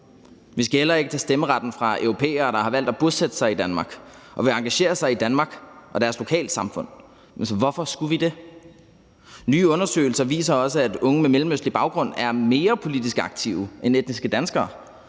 Vi skal heller ikke tage stemmeretten fra europæere, der har valgt at bosætte sig i Danmark og vil engagere sig i Danmark og i deres lokalsamfund. Hvorfor skulle vi det? Nye undersøgelser viser også, at unge med mellemøstlig baggrund er mere politisk aktive end etniske danskere.